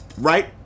right